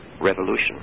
revolution